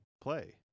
play